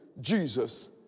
Jesus